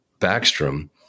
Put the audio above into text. Backstrom